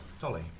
Dolly